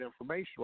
information